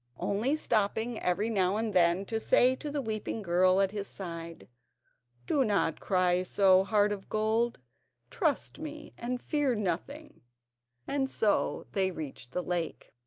only stopping every now and then to say to the weeping girl at his side do not cry so, heart of gold trust me and fear nothing and so they reached the lake.